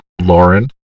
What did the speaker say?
Lauren